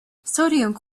sodium